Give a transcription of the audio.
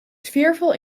sfeervol